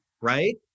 right